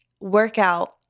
workout